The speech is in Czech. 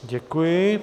Děkuji.